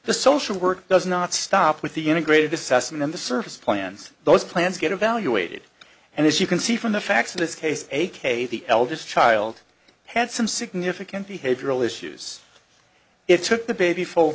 the social work does not stop with the integrated assessment and the service plans those plans get evaluated and as you can see from the facts of this case a k the eldest child had some significant behavioral issues it took the baby full